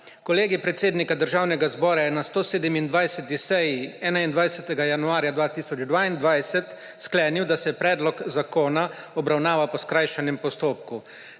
Kolegij predsednika Državnega zbora je na 127. seji 21. januarja 2022 sklenil, da se predlog zakona obravnava po skrajšanem postopku.